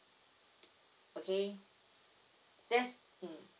okay that's mm